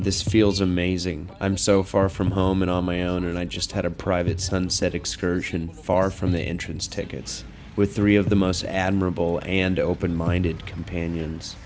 this feels amazing i'm so far from home and on my own and i just had a private sunset excursion far from the entrance tickets with three of the most admirable and open minded companions